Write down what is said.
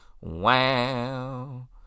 Wow